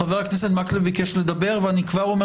חבר הכנסת מקלב ביקש לדבר ואני כבר אומר